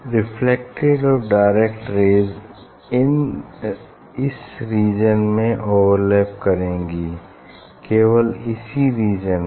reflected और direct rays इस region में ओवरलैप करेंगी केवल इसी रीजन में